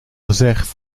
gezegd